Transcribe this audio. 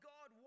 God